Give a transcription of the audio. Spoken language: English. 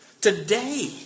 Today